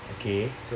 okay